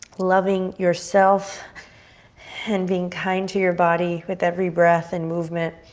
loving yourself and being kind to your body with every breath and movement.